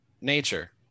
nature